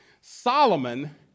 Solomon